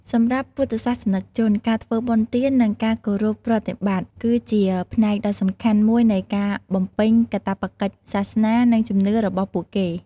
សម្រាប់ពុទ្ធសាសនិកជន ការធ្វើបុណ្យទាន និងការគោរពប្រណិប័តន៍ គឺជាផ្នែកដ៏សំខាន់មួយនៃការបំពេញកាតព្វកិច្ចសាសនា និងជំនឿរបស់ពួកគេ។